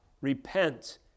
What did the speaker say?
Repent